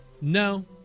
No